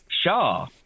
Sure